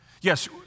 Yes